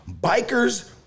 bikers